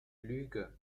lüge